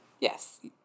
Yes